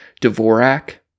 Dvorak